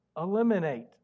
eliminate